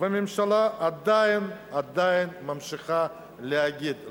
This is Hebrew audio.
והממשלה עדיין ממשיכה להגיד "לא",